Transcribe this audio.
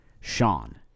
Sean